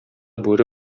бүре